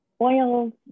oils